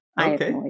okay